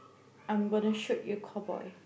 I'm gonna shoot you call boy